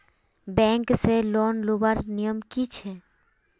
Bank से loan लुबार नियम की छे?